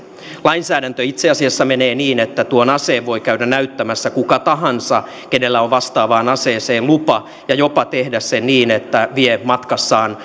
lainsäädäntö itse asiassa menee niin että tuon aseen voi käydä näyttämässä kuka tahansa kenellä on vastaavaan aseeseen lupa ja jopa tehdä sen niin että vie matkassaan